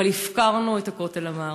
אבל הפקרנו את הכותל המערבי.